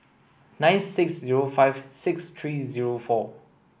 nine six zero five six three zero four